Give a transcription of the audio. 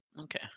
Okay